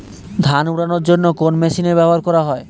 ধান উড়ানোর জন্য কোন মেশিন ব্যবহার করা হয়?